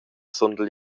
sundel